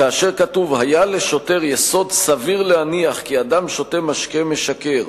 כאשר כתוב: "היה לשוטר יסוד סביר להניח כי אדם שותה משקה משכר",